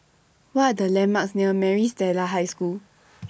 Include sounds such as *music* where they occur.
What Are The landmarks near Maris Stella High School *noise*